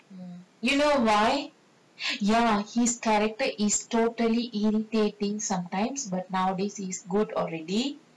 you know why ya his character is totally irritating sometimes but nowadays he's good already